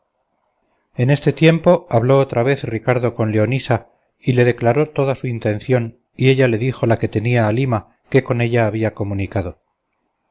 en este tiempo habló otra vez ricardo con leonisa y le declaró toda su intención y ella le dijo la que tenía halima que con ella había comunicado